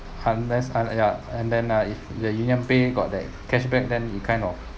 unless ah ya and then uh if the UnionPay got the cashback then it kind of